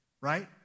right